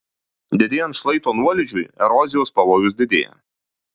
didėjant šlaito nuolydžiui erozijos pavojus didėja